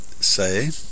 say